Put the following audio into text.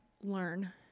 learn